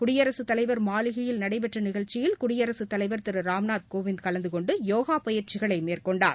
குடியரசுத் தலைவர் மாளிகையில் நடைபெற்றநிகழ்ச்சியில் குடியரசுத் தலைவர் திருராம்நாத் கோவிந்த் கலந்துகொண்டுயோகாபயிற்சிகளைமேற்கொண்டார்